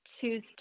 choose